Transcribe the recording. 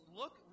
look